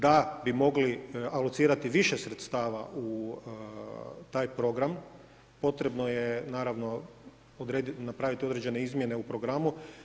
Da bi mogli alocirati više sredstava u taj program, potrebno je napraviti određene izmjene u programu.